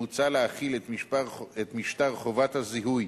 מוצע להחיל את משטר חובת הזיהוי,